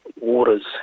waters